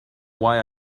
why